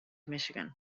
michigan